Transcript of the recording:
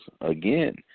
again